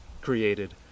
created